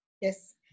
Yes